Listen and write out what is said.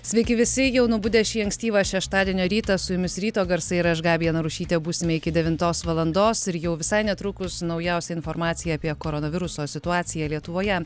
sveiki visi jau nubudę šį ankstyvą šeštadienio rytą su jumis ryto garsai ir aš gabija narušytė būsime iki devintos valandos ir jau visai netrukus naujausia informacija apie koronaviruso situaciją lietuvoje